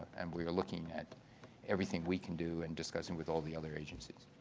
and we are looking at everything we can do and discussing with all the other agencies.